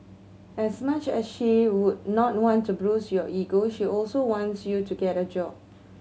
as much as she would not want to bruise your ego she also wants you to get a job